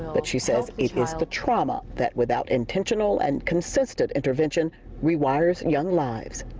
but she says it is the trauma that without intentional and consistent intention rewires and young lives.